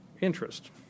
interest